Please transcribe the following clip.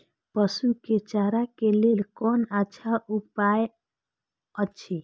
पशु के चारा के लेल कोन अच्छा उपाय अछि?